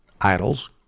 idols